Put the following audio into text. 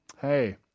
hey